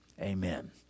Amen